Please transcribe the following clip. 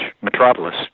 metropolis